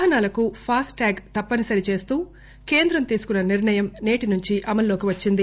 వాహనాలకు FASTag తప్పనిసరి చేస్తూ కేంద్రం తీసుకున్న నిర్ణయం నేటి నుంచి అమలులోకి వచ్చింది